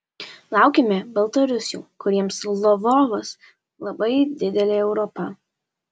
laukiame baltarusių kuriems lvovas labai didelė europa